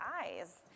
eyes